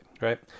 right